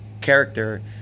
character